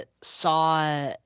saw